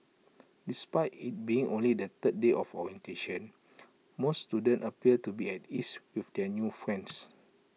despite IT being only the third day of orientation most students appeared to be at ease with their new friends